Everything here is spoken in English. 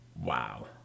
Wow